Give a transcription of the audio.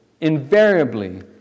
invariably